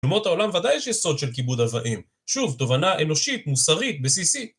לאומות העולם ודאי שיש יסוד של כיבוד אב ואם, שוב, תובנה אנושית, מוסרית, בסיסית